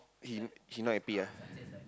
he he not happy ah